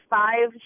five